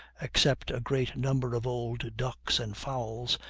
except a great number of old ducks and fowls,